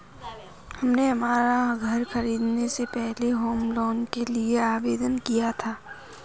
हमने हमारा घर खरीदने से पहले होम लोन के लिए आवेदन किया था